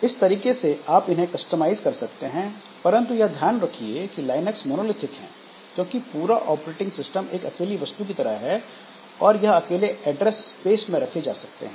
इस तरीके से आप इन्हें कस्टमाइज कर सकते हैं परंतु यह ध्यान रखिए की लाइनक्स मोनोलिथिक है क्योंकि पूरा ऑपरेटिंग सिस्टम एक अकेली वस्तु की तरह है और यह अकेले ऐड्रेस स्पेस में रखे जा सकते हैं